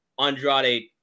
Andrade